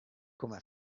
come